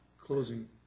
closing